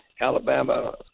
Alabama